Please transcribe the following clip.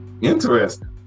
Interesting